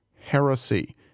heresy